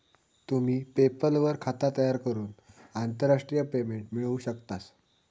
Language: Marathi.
तुम्ही पेपल वर खाता तयार करून आंतरराष्ट्रीय पेमेंट मिळवू शकतास